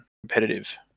competitive